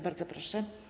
Bardzo proszę.